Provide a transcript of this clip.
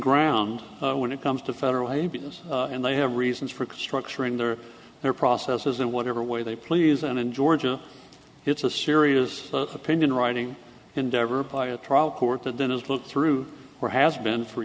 ground when it comes to federal a b s and they have reasons for structuring their their processes in whatever way they please and in georgia it's a serious opinion writing endeavor by a trial court that then is looked through or has been for